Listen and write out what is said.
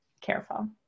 careful